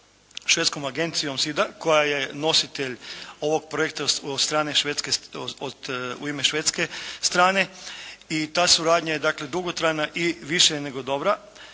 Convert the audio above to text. Švedskom agencijom SIDA koja je nositelj ovog projekta od strane Švedske, u ime švedske strane i ta suradnja je dakle dugotrajna i više je nego dobra,